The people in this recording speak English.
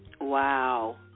Wow